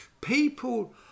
people